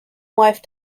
wife